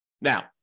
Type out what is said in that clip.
Now